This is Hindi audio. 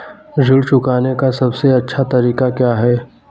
ऋण चुकाने का सबसे अच्छा तरीका क्या है?